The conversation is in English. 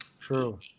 True